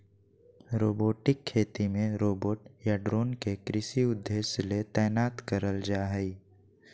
robotic खेती मे robot या ड्रोन के कृषि उद्देश्य ले तैनात करल जा हई